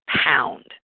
pound